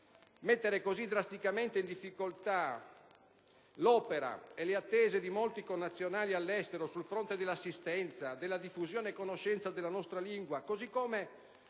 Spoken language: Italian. Mettere così drasticamente in difficoltà l'opera e le attese di molti connazionali all'estero sul fronte dell'assistenza e della diffusione e conoscenza della nostra lingua, così come